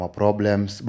problems